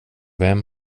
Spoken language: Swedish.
vem